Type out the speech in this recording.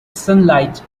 sunlight